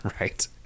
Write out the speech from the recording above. right